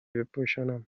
بپوشانم